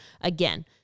Again